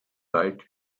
bald